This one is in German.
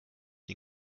den